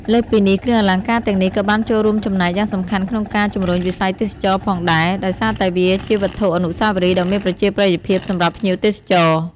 លើសពីនេះ គ្រឿងអលង្ការទាំងនេះក៏បានចូលរួមចំណែកយ៉ាងសំខាន់ក្នុងការ ជំរុញវិស័យទេសចរណ៍ ផងដែរ ដោយសារតែវាជាវត្ថុអនុស្សាវរីយ៍ដ៏មានប្រជាប្រិយភាពសម្រាប់ភ្ញៀវទេសចរ។